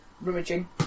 rummaging